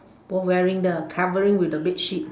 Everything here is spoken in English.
both wearing the covering with the bedsheet